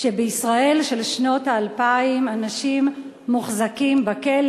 שבישראל של שנות האלפיים אנשים מוחזקים בכלא